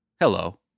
hello